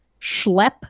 schlep